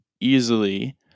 easily